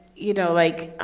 you know, like,